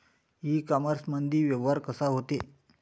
इ कामर्समंदी व्यवहार कसा होते?